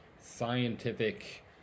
scientific